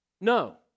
No